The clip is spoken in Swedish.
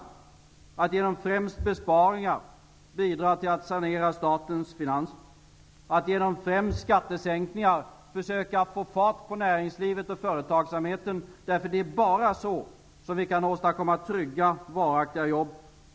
Det gällde att genom främst besparingar bidra till att sanera statens finanser och att genom främst skattesänkningar försöka få fart på näringslivet och företagsamheten. Det är bara så som vi kan åstadkomma trygga och varaktiga jobb.